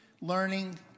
learning